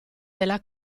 della